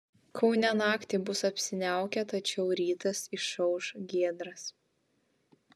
kaune naktį bus apsiniaukę tačiau rytas išauš giedras